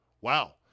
wow